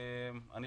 אנחנו